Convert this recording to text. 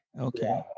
Okay